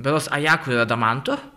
berods ajaku ir radamantu